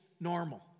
normal